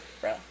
bro